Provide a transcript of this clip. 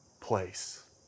place